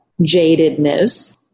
jadedness